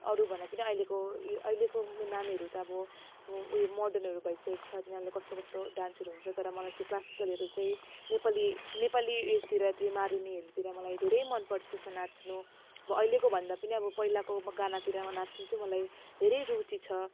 अरू भन्दा पनि अहिलेको यो अहिलेको नानीहरू त अब उयो मोडलहरू भइसकेको छ तिनीहरूलाई कस्तो कस्तो डान्सहरू हुन्छ तर मलाई चाहिँ क्लासिकलहरू चाहिँ नेपाली नेपाली उयसतिर चाहिँ मारुनीहरूतिर मलाई धेरै मनपर्छ त्यसमा नाच्नु अब अहिलेको भन्दा पनि अब पहिलाको गानातिर नाच्नु चाहिँ मलाई धेरै रुचि छ